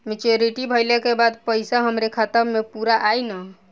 Maturity भईला के बाद पईसा हमरे खाता म पूरा आई न?